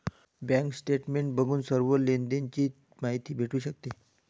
bank statement बघून सर्व लेनदेण ची माहिती भेटू शकते